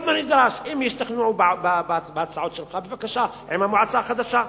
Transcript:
אם ישתכנעו בהצעות שלך, בבקשה, עם המועצה החדשה.